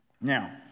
Now